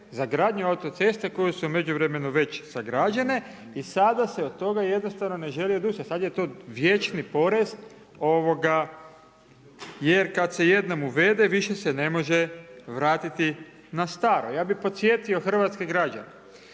za gradnju autocesta koje su u međuvremenu već sagrađene i sada se od toga jednostavno ne želi odustati. Sad je to vječni porez jer kad se jednom uvede, više se ne može vratiti na staro. Ja bi podsjetio hrvatske građane